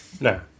No